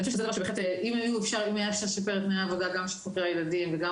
אני חושבת שאם היה אפשר לשפר את תנאי העבודה גם של חוקרי הילדים וגם